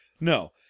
No